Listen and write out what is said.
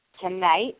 tonight